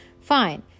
fine